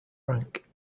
rank